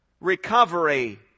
recovery